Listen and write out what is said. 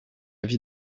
vie